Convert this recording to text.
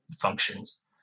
functions